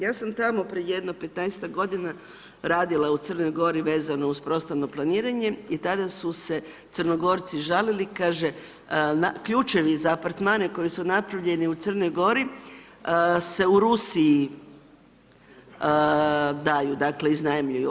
Ja sam tamo prije jedno 15-ak godina radila u Crnoj Gori vezano uz prostorno planiranje i tada su se Crnogorci žalili, kaže ključevi za apartmane koji su napravljeni u Crnoj Gori se u Rusiji daju, dakle iznajmljuju.